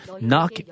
knock